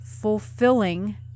fulfilling